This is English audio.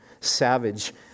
savage